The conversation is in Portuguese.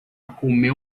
comeu